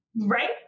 Right